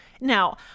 Now